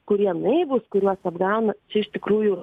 kurie naivūs kuriuos apgauna čia iš tikrųjų